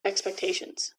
expectations